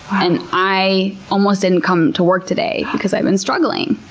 and i almost didn't come to work today because i've been struggling.